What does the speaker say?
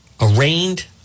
arraigned